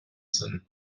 sinn